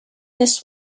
this